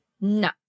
No